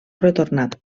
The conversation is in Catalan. retornat